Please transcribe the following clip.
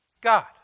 God